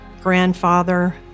grandfather